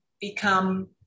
become